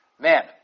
Man